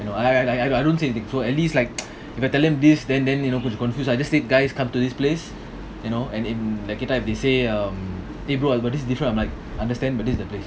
no I I I I don't say anything so at least like if I tell them this then then confused I just say guys come to this place you know and in they say um eh bro I got this different I'm like understand but this is the place